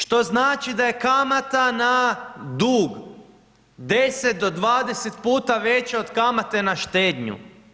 Što znači da je kamata na dug 10 do 20 puta veća od kamate na štednju.